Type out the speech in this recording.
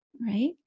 right